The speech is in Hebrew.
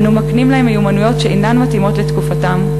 אנו מקנים להם מיומנויות שאינן מתאימות לתקופתם,